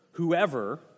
Whoever